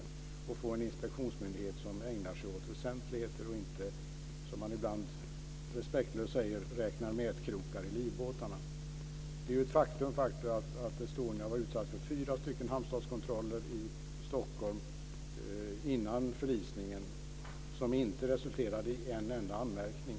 Vi måste få en inspektionsmyndighet som ägnar sig åt väsentligheter och som inte - som man ibland respektlöst säger - räknar metkrokar i livbåtarna. Det är ett faktum att Estonia var utsatt för fyra hamnstadskontroller i Stockholm innan förlisningen som inte resulterade i en enda anmärkning.